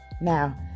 Now